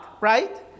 Right